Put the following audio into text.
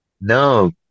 No